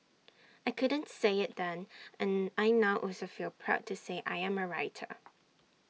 I couldn't say IT then and I now also feel proud to say I am A writer